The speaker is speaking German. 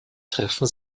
treffen